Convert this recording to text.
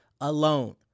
alone